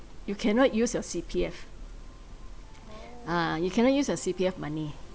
you cannot use your C_P_F ah you cannot use of your C_P_F money